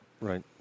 Right